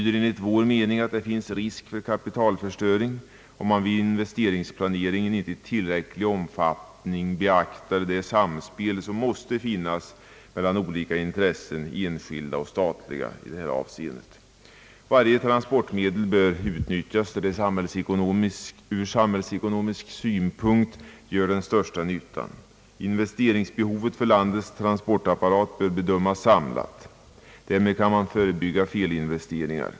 Enligt vår mening finns det risk för kapitalförstöring om man vid investeringsplaneringen inte i tillräcklig omfattning beaktar det samspel som måste finnas mellan olika intressen, enskilda och statliga. Varje transportmedel bör utnyttjas där det ur samhällsekonomisk synpunkt gör den största nyttan. Investeringsbehovet för landets transportapparat bör bedömas samlat. Därmed kan man förebygga felinvesteringar.